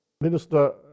Minister